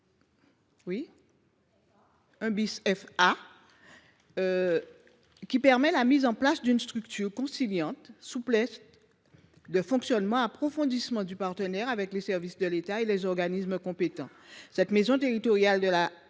article 1 FA, la mise en place d’une structure conciliant souplesse de fonctionnement et approfondissement du partenariat avec les services de l’État et les organismes compétents. La maison territoriale des